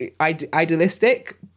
idealistic